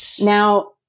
Now